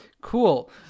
Cool